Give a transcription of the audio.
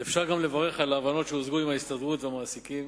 אפשר גם לברך על ההבנות שהושגו עם ההסתדרות והמעסיקים,